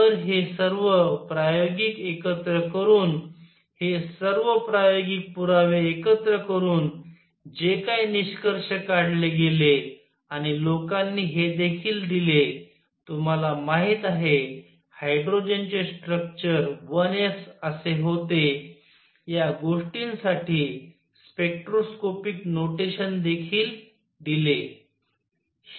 तर हे सर्व प्रायोगिक एकत्र करून हे सर्व प्रायोगिक पुरावे एकत्र करून जे काय निष्कर्ष काढले गेले आणि लोकांनी हे देखील दिले तुम्हाला माहित आहे हायड्रोजनचे स्ट्रक्चर 1 s असे होते या गोष्टींसाठी स्पेक्ट्रोस्कोपिक नोटेशन देखील दिले